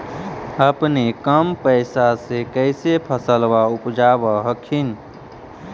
अपने कम पैसा से कैसे फसलबा उपजाब हखिन?